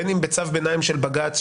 בין אם בצו ביניים של בג"ץ,